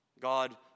God